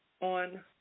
On